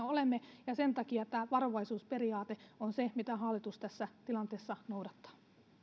olemme ja sen takia tämä varovaisuusperiaate on se mitä hallitus tässä tilanteessa noudattaa